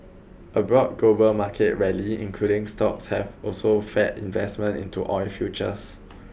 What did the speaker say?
a broad global market rally including stocks have also fed investment into oil futures